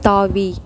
தாவி